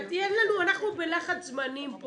אנחנו בלחץ זמנים.